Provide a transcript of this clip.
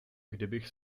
kdybych